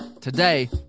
today